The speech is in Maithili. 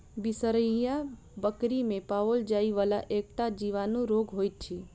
बिसरहिया बकरी मे पाओल जाइ वला एकटा जीवाणु रोग होइत अछि